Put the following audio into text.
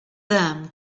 them